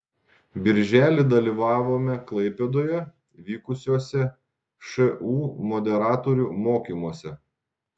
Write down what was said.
birželį dalyvavome klaipėdoje vykusiuose šu moderatorių mokymuose